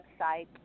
website